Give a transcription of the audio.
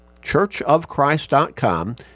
churchofchrist.com